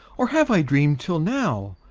or have i dream'd till now?